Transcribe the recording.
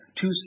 Two